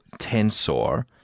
Tensor